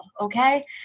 okay